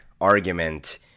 argument